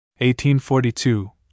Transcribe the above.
1842